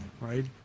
right